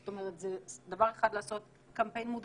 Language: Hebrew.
זאת אומרת זה דבר אחד לעשות קמפיין מודעות,